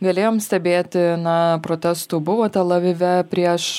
galėjom stebėti na protestų buvo tel avive prieš